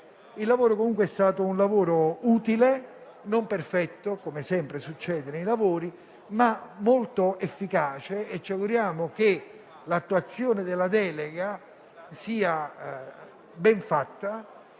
Il lavoro comunque è stato utile, non perfetto, come sempre succede nei lavori, ma molto efficace. Ci auguriamo che l'attuazione della delega sia ben fatta